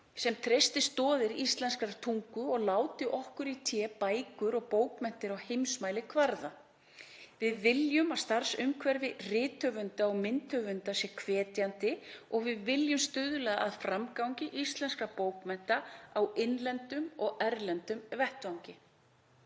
sem treysti stoðir íslenskrar tungu og láti okkur í té bækur og bókmenntir á heimsmælikvarða. Við viljum að starfsumhverfi rithöfunda og myndhöfunda sé hvetjandi og við viljum stuðla að framgangi íslenskra bókmennta á innlendum og erlendum vettvangi.